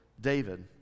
David